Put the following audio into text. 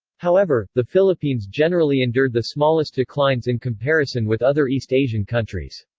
however, the philippines generally endured the smallest declines in comparison with other east asian countries.